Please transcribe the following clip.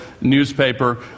newspaper